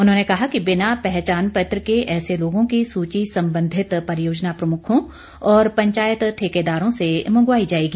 उन्होंने कहा कि बिना पहचान पत्र के ऐसे लोगों की सुची संबंधित परियोजना प्रमुखों और पंचायत ठेकेदारों से मंगवाई जाएगी